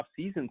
offseason